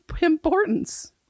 importance